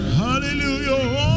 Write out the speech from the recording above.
hallelujah